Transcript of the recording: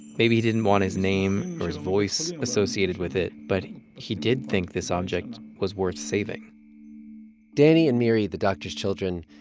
maybe he didn't want his name or his voice associated with it, but he did think this object was worth saving danny and miri, the doctor's children,